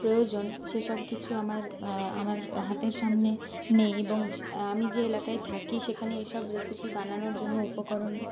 প্রয়োজন সেসব কিছু আমার আমার হাতের সামনে নেই এবং আমি যে এলাকায় থাকি সেখানে এইসব রেসিপি বানানোর জন্য উপকরণ